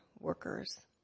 workers